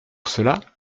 cela